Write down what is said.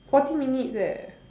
forty minutes eh